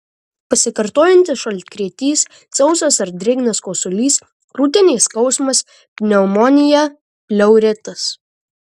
pasikartojantis šaltkrėtis sausas ar drėgnas kosulys krūtinės skausmas pneumonija pleuritas